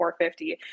450